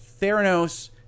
Theranos